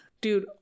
Dude